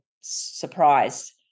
surprised